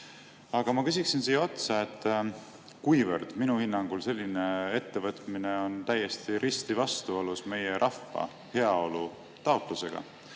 ma küsin siia otsa, kuivõrd minu hinnangul selline ettevõtmine on risti vastuolus meie rahva heaolu taotlusega,